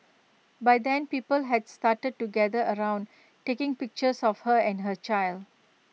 by then people had started to gather around taking pictures of her and her child